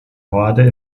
horde